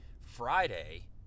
Friday